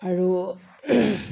আৰু